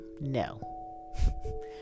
No